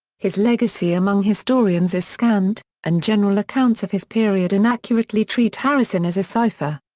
his legacy among historians is scant, and general accounts of his period inaccurately treat harrison as a cipher.